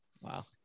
Wow